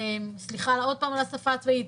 סליחה עוד פעם על השפה הצבאית,